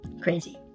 Crazy